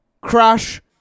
crash